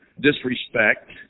disrespect